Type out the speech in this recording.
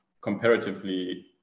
comparatively